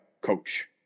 coach